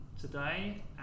today